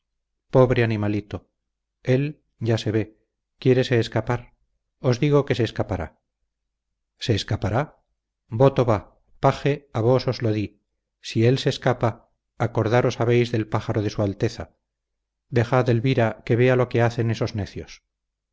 pobre animalito él ya se ve quiérese escapar os digo que se escapará se escapará voto va paje a vos os lo di si él se escapa acordaros habéis del pájaro de su alteza dejad elvira que vea lo que hacen esos necios